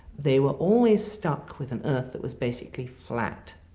they were always stuck with an earth that was basically flat.